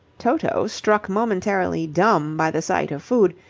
toto, struck momentarily dumb by the sight of food,